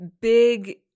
big